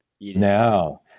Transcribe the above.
no